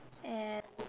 and